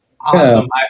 awesome